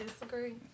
disagree